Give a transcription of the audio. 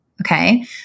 okay